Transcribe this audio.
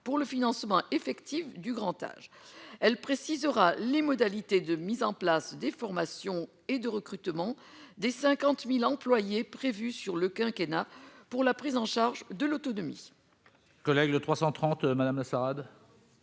pour le financement effectif du grand âge elle précisera les modalités de mise en place des formations et de recrutement des 50000 employés prévus sur le quinquennat pour la prise en charge de l'autonomie. Le 330 Madame mascarade.